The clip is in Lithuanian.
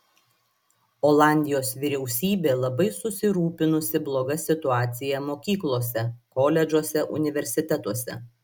olandijos vyriausybė labai susirūpinusi bloga situacija mokyklose koledžuose universitetuose